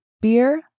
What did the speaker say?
Beer